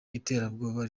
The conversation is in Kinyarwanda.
iterabwoba